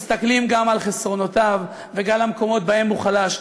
מסתכלים גם על חסרונותיו וגם על המקומות שבהם הוא חלש.